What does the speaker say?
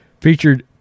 featured